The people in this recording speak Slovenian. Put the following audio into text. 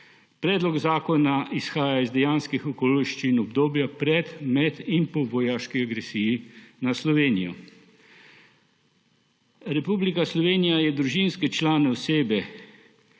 Predlog zakona izhaja iz dejanskih okoliščin obdobja pred, med in po vojaški agresiji na Slovenijo. Republika Slovenija je družinske člane osebe,